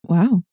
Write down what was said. Wow